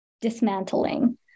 dismantling